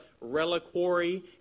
reliquary